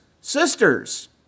sisters